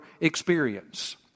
experience